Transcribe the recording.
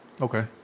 Okay